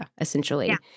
essentially